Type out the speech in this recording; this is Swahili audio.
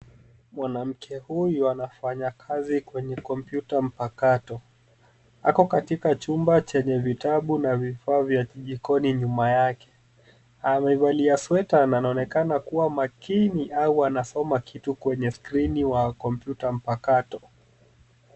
Mwanamke huyu anafanya kazi kwenye kompyuta mpakato. Ako katika chumba chenye vitabu na vifaa vya jikoni nyuma yake. Amevalia sweta na anaonekana kuwa makini au anasoma kitu kwenye skrini wa kompyuta mpakato.